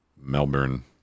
melbourne